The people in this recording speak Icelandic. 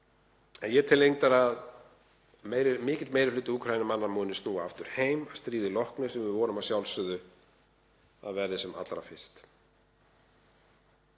Ég tel reyndar að mikill meiri hluti Úkraínumanna muni snúa aftur heim að stríði loknu, sem við vonum að sjálfsögðu að verði sem allra fyrst.